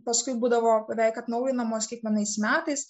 paskui būdavo beveik atnaujinamos kiekvienais metais